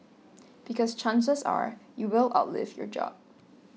because chances are you will outlive your job